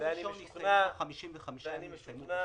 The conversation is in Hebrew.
יום ראשון הסתיימו ה-55 ימים ---.